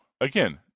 again